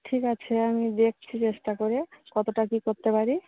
ঠিক আছে আমি দেখছি চেষ্টা করে কতটা কী করতে পারি